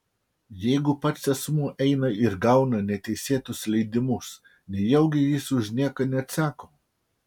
jeigu pats asmuo eina ir gauna neteisėtus leidimus nejaugi jis už nieką neatsako